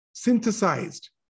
synthesized